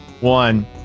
one